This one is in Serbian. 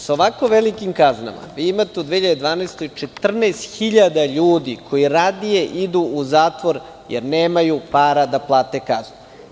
Sa ovako velikim kaznama vi imate u 2012. godini 14.000 ljudi koji radije idu u zatvor jer nemaju para da plate kaznu.